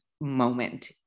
moment